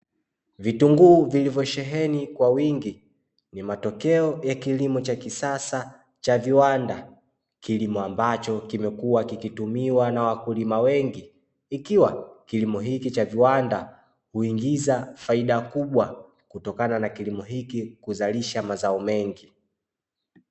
Vitunguu vilivyosheheni kwa wingi ni matokeo ya kilimo cha kisasa cha viwanda. Kilimo ambacho kimekuwa kikitumika na wakulima wengi, ikiwa kilimo hiki cha kiwanda huingiza faida kubwa kutokana na kilimo hiki kuzalisha mazao mengi.